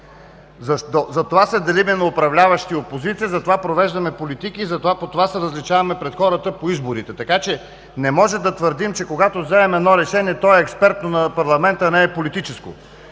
Затова се делим на управляващи и опозиция. Затова провеждаме политики. Затова по това се различаваме пред хората по изборите. Така че не може да твърдим, че когато вземем едно решение на парламента, то е експертно, а не е политическо.